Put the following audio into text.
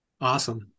Awesome